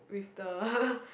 with the